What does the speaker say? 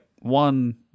one